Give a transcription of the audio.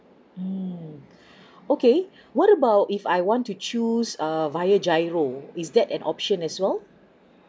mm okay what about if I want to choose err via giro is there an option as well